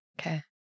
okay